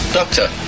Doctor